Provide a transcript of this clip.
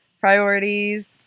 priorities